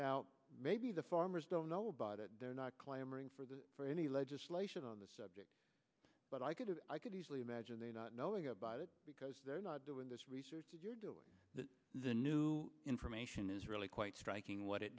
maybe the farmers don't know about it they're not clamoring for the for any legislation on the subject but i could have i could easily imagine they not knowing about it because they're not doing this research as you're doing that the new information is really quite striking what